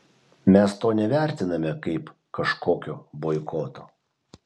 mes to nevertiname kaip kažkokio boikoto